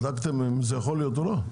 בדקתם אם זה יכול להיות או לא?